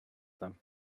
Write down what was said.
them